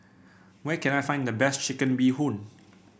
where can I find the best Chicken Bee Hoon